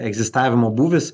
egzistavimo būvis